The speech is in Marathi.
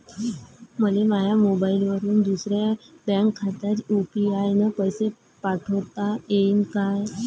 मले माह्या मोबाईलवरून दुसऱ्या बँक खात्यात यू.पी.आय न पैसे पाठोता येईन काय?